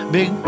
Big